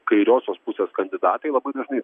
kairiosios pusės kandidatai labai dažnai